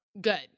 good